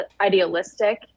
idealistic